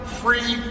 free